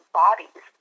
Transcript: bodies